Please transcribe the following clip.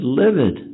livid